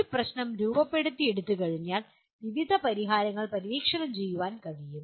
ഒരു പ്രശ്നം രൂപപ്പെടുത്തിയുകഴിഞ്ഞാൽ വിവിധ പരിഹാരങ്ങൾ പര്യവേക്ഷണം ചെയ്യാൻ കഴിയും